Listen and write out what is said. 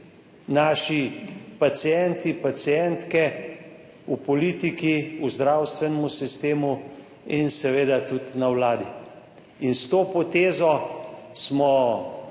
naši pacienti, pacientke, v politiki, v zdravstvenem sistemu in seveda tudi na Vladi. S to potezo smo